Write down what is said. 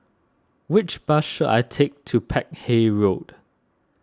which bus should I take to Peck Hay Road